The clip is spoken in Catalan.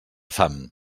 fam